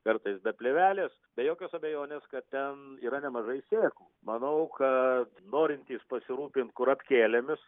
kartais be plėvelės be jokios abejonės kad ten yra nemažai sėklų manau kad norintys pasirūpint kurapkėlėmis